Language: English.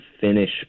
finish